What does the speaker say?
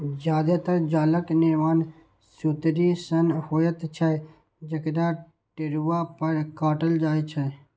जादेतर जालक निर्माण सुतरी सं होइत छै, जकरा टेरुआ पर काटल जाइ छै